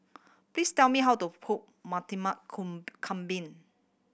please tell me how to cook kambing